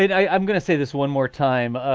and i'm gonna say this one more time.